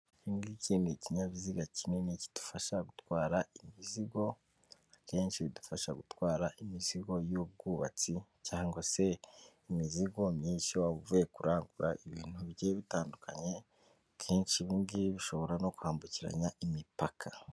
Iki ngicyi ni ikinyabiziga kinini kidufasha gutwara imizigo, akenshi bidufasha gutwara imizigo y'ubwubatsi cg se imizigo myinshi wabavuye kurangura ibintu bigiye bitandukanye, akenshi ibi ngibi bishobora no kwambukiranya imipaka.